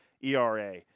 ERA